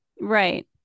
Right